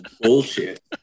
Bullshit